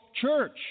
church